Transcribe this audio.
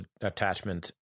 attachment